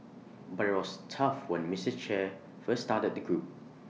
but IT was tough when Mistress Che first started the group